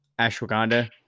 ashwagandha